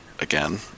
Again